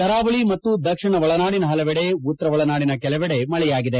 ಕರಾವಳಿ ಮತ್ತು ದಕ್ಷಿಣ ಒಳನಾಡಿನ ಪಲವೆಡೆ ಉತ್ತರ ಒಳನಾಡಿನ ಕೆಲವೆಡೆ ಮಳೆಯಾಗಿದೆ